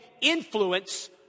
influence